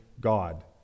God